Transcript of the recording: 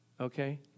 okay